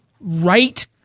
right